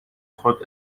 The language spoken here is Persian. خود